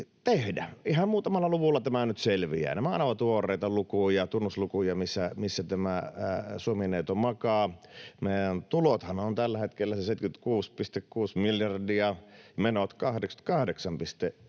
Ihan muutamalla luvulla tämä nyt selviää. Nämä ovat tuoreita lukuja, tunnuslukuja, missä tämä Suomi-neito makaa. Meidän tulothan ovat tällä hetkellä se 76,6 miljardia, menot 88,8